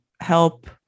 help